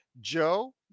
Joe